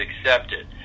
accepted